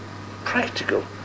Practical